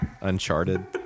Uncharted